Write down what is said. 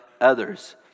others